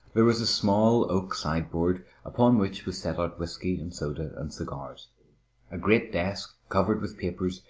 there was a small oak sideboard, upon which was set out whisky and soda and cigars a great desk, covered with papers,